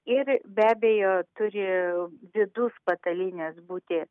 ir be abejo turi vidus patalynės būti